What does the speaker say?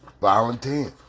Volunteering